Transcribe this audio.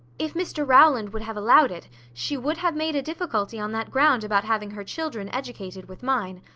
if mr rowland would have allowed it, she would have made a difficulty on that ground about having her children educated with mine.